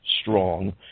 strong